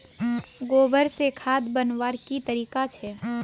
गोबर से खाद बनवार की तरीका छे?